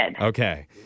okay